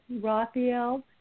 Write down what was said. Raphael